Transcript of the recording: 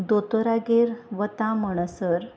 दोतोरागेर वता म्हणसर